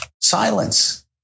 Silence